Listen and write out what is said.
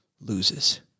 loses